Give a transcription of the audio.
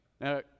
Now